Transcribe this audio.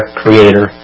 creator